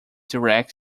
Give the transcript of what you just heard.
direct